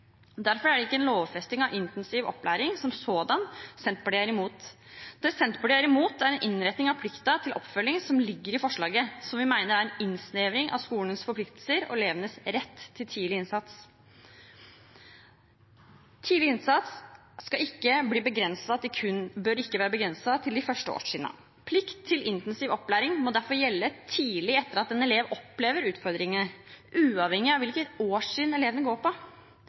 Derfor er det ikke en lovfesting av intensivopplæringen som sådan Senterpartiet er imot. Det Senterpartiet er imot, er innretningen av plikten til oppfølging som ligger i forslaget, som vi mener er en innsnevring av skolens forpliktelser og elevens rett til tidlig innsats. Tidlig innsats bør ikke være begrenset til de første årstrinnene. Plikt til intensiv opplæring må derfor gjelde tidlig etter at en elev opplever utfordringer – uavhengig av hvilket årstrinn eleven går på.